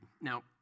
Now